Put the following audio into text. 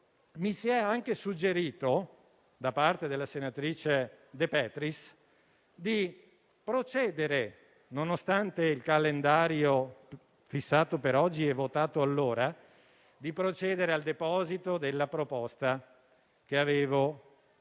è stato anche suggerito, da parte della senatrice De Petris, nonostante il calendario fissato per oggi e votato allora, di procedere al deposito della proposta che avevo presentato